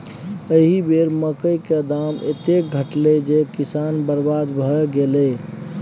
एहि बेर मकई क दाम एतेक घटलै जे किसान बरबाद भए गेलै